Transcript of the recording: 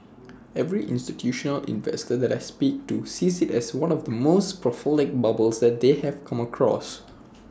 every institutional investor that I speak to sees IT as one of the most prolific bubbles as that they've come across